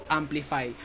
amplify